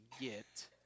get